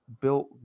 built